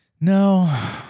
No